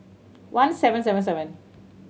one seven seven seven